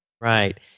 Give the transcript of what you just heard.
Right